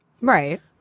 Right